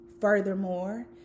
Furthermore